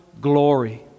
glory